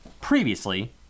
previously